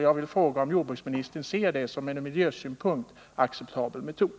Jag vill fråga om jordbruksministern ser det som en från miljösynpunkt acceptabel metod.